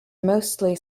mostly